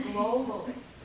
globally